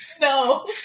No